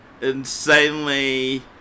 insanely